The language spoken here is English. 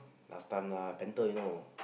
last time lah panter you know